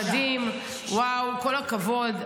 מדהים, וואו, כל הכבוד.